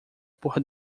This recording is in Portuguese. por